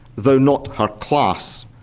though not her class.